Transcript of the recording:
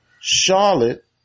Charlotte